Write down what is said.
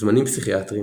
זמנים פסיכיאטריים,